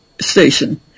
station